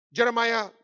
Jeremiah